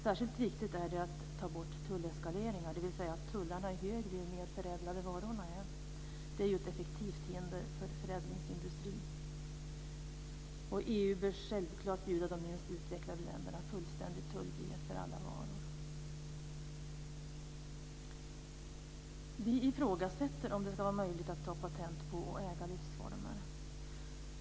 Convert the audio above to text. Särskilt viktigt är det att ta bort tulleskaleringar, dvs. att tullarna är högre ju mer förädlade varorna är. Det är ett effektivt hinder för förädlingsindustri. EU bör självklart bjuda de minst utvecklade länderna fullständig tullfrihet för alla varor. Vi ifrågasätter om det ska vara möjligt att ta patent på och äga livsformer.